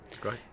Great